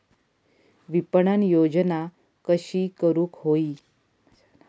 विपणन योजना कशी करुक होई?